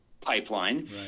pipeline